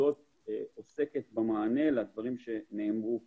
שעוסקת במענה לדברים שנאמרו פה.